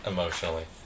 Emotionally